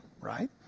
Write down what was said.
right